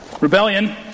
Rebellion